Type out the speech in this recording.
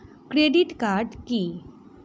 Credit card key?